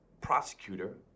prosecutor